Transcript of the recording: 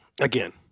Again